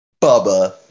Bubba